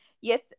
Yes